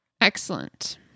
Excellent